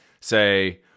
Say